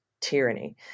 tyranny